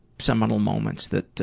seminal moments that